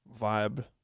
vibe